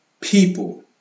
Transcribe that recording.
People